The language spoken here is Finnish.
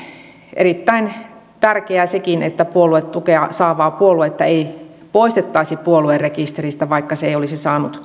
erittäin tärkeää sekin että puoluetukea saavaa puoluetta ei poistettaisi puoluerekisteristä vaikka se ei olisi saanut